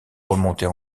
remonter